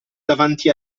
davanti